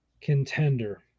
contender